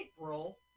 April